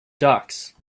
ducks